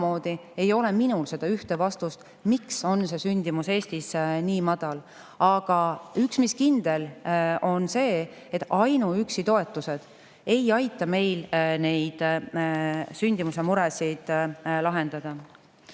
Samamoodi ei ole minul seda ühte vastust, miks on sündimus Eestis nii madal. Aga üks, mis kindel, on see, et ainuüksi toetused ei aita meil neid sündimuse muresid lahendada.